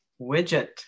widget